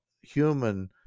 human